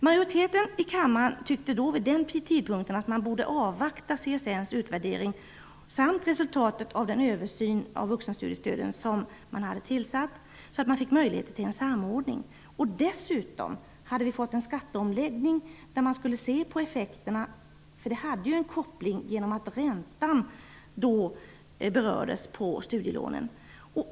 Majoriteten i kammaren tyckte vid den tidpunkten att man borde avvakta CSN:s utvärdering samt resultatet av den översyn av vuxenstudiestöden som man hade startat så att man fick möjlighet till en samordning. Dessutom hade vi fått en skatteomläggning, vilken hade fått effekter på räntan på studielånen.